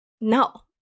no